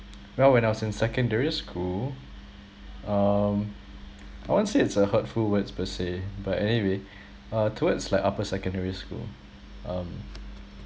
well when I was in secondary school um I won't say it's a hurtful words per se but anyway uh towards like upper secondary school um